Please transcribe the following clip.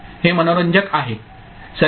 हे मनोरंजक आहे